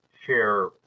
share